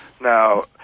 Now